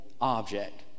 object